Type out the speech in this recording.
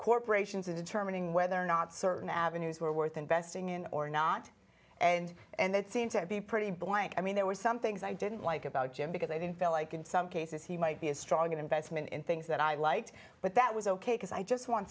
corporations in determining whether or not certain avenues were worth investing in or not and and that seemed to be pretty blank i mean there were some things i didn't like about jim because i didn't feel like in some cases he might be a strong investment in things that i liked but that was ok because i just want